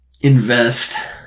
Invest